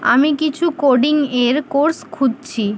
আমি কিছু কোডিং এর কোর্স খুঁজছি